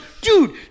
dude